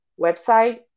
website